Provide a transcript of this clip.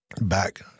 back